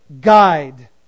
guide